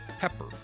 pepper